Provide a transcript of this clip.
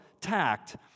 tact